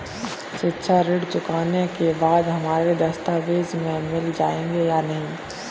शिक्षा ऋण चुकाने के बाद हमारे दस्तावेज हमें मिल जाएंगे या नहीं?